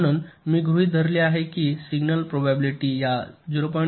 म्हणून मी असे गृहित धरले आहे की सिग्नल प्रोबॅबिलिटी या 0